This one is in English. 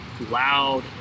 loud